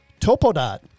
Topodot